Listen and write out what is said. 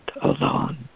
alone